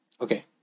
Okay